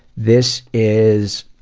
this is,